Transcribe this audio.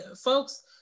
Folks